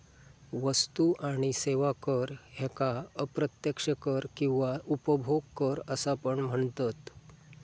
वस्तू आणि सेवा कर ह्येका अप्रत्यक्ष कर किंवा उपभोग कर असा पण म्हनतत